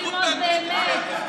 למה את